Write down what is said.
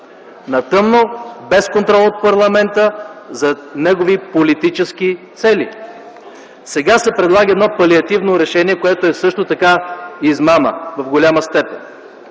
на тъмно, без контрол от парламента за негови политически цели. Сега се предлага едно палиативно решение, което е също така измама в голяма степен,